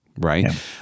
right